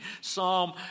Psalm